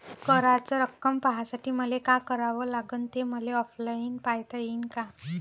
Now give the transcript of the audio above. कराच रक्कम पाहासाठी मले का करावं लागन, ते मले ऑनलाईन पायता येईन का?